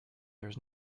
there